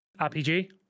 RPG